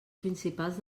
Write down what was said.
principals